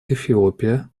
эфиопия